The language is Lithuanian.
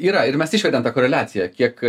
yra ir mes išvedėm tą koreliaciją kiek